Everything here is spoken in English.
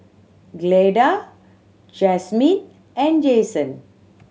Clyda Jasmine and Jayson